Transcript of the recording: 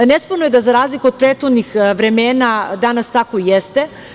Nesporno je da, za razliku od prethodnih vremena, danas tako jeste.